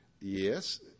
Yes